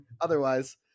otherwise